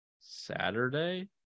Saturday